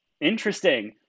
Interesting